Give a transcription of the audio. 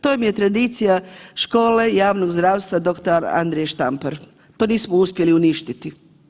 To vam je tradicija Škole javnog zdravstva „Dr. Andrija Štampar“, to nismo uspjeli uništiti.